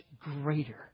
greater